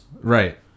Right